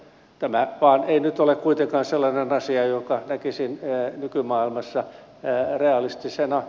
tämä vain ei nyt ole kuitenkaan sellainen asia jonka näkisin nykymaailmassa realistisena